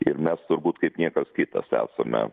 ir mes turbūt kaip niekas kitas esame